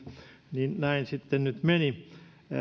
niin näin sitten nyt meni